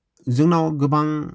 जोंनाव गोबां